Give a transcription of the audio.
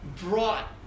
brought